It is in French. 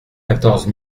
quatorze